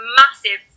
massive